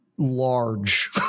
Large